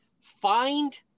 find